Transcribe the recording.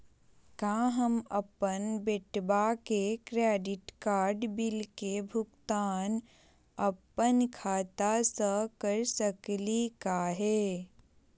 का हम अपन बेटवा के क्रेडिट कार्ड बिल के भुगतान अपन खाता स कर सकली का हे?